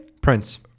Prince